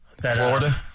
Florida